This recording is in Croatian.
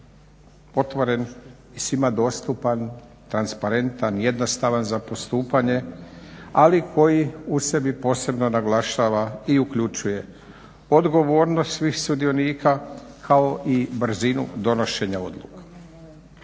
otvoren i svima dostupan, transparentan, jednostavan za postupanje, ali koji u sebi posebno naglašava i uključuje odgovornost svih sudionika kao i brzinu donošenja odluka.